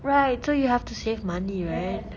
right so you have to save money right